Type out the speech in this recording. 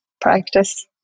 practice